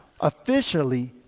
officially